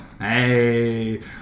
hey